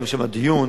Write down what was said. לקיים שם דיון,